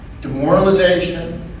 demoralization